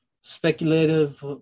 speculative